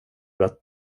att